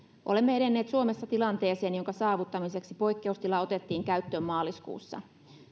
olemme edenneet suomessa tilanteeseen jonka saavuttamiseksi poikkeustila otettiin käyttöön maaliskuussa